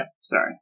Sorry